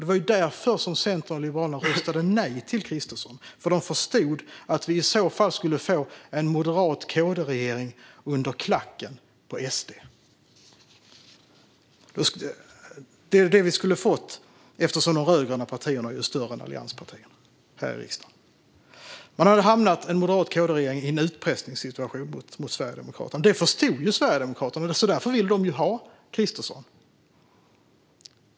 Det var därför Centern och Liberalerna röstade nej till Kristersson - för att de förstod att vi i så fall skulle få en M-KD-regering under klacken på SD. Det är vad vi skulle ha fått, eftersom de rödgröna är större än allianspartierna här i riksdagen. En M-KD-regering hade hamnat i en utpressningssituation gentemot Sverigedemokraterna. Detta förstod Sverigedemokraterna, och därför ville de ha Kristersson.